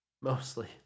mostly